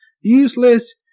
useless